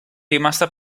rimasta